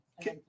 Okay